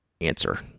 answer